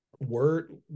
word